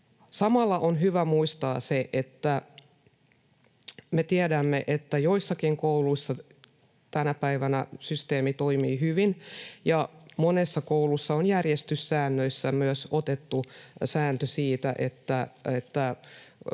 Samalla on hyvä muistaa se, että me tiedämme, että joissakin kouluissa tänä päivänä systeemi toimii hyvin ja monessa koulussa on myös järjestyssääntöihin otettu sääntö siitä, että